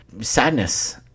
sadness